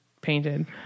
painted